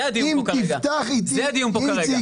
איציק, אם תפתח איתי --- זה הדיון פה כרגע.